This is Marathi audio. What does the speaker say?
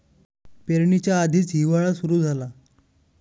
पेरणीच्या आधीच हिवाळा सुरू झाला